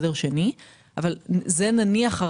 אבל אלה בעיות סמדר שני.